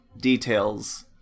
details